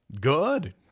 Good